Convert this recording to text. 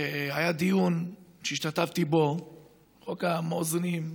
היה דיון שהשתתפתי בו על חוק המואזינים.